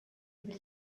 able